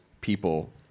people